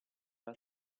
tra